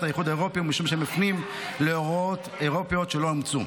האיחור האירופאי או משום שהם מפנים להוראות אירופאיות שלא אומצו.